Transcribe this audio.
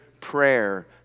prayer